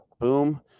boom